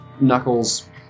knuckles